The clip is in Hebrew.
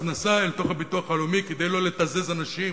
הכנסה אל תוך הביטוח הלאומי כדי לא לתזז אנשים.